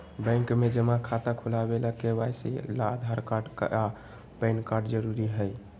bank में जमा खाता खुलावे ला के.वाइ.सी ला आधार कार्ड आ पैन कार्ड जरूरी हई